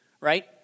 right